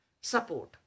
support